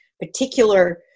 particular